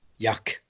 yuck